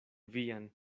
vian